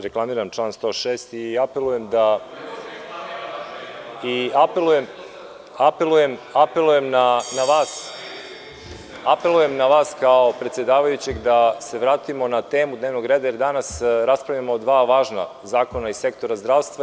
Reklamiram član 106. i apelujem na vas kao predsedavajućeg da se vratimo na temu dnevnog reda, jer danas raspravljamo o dva važna zakona iz sektora zdravstva.